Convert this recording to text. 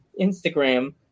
Instagram